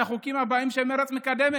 את החוקים הבאים שמרצ מקדמת: